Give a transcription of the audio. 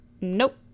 nope